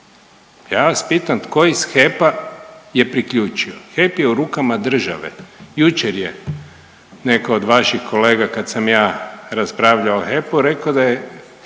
ja vas pitam tko iz HEP je priključio, HEP je u rukama države. Jučer je netko od vaših kolega kad sam ja raspravljao o HEP-u rekao je